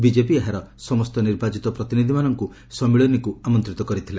BJP ଏହାର ସମସ୍ତ ନିର୍ବାଚିତ ପ୍ରତିନିଧିମାନଙ୍କୁ ସମ୍ମିଳନୀକୁ ଆମନ୍ତିତ କରିଥିଲା